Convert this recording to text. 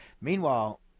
Meanwhile